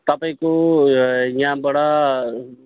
तपाईँको यहाँबाट